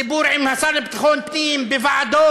דיבור עם השר לביטחון פנים בוועדות,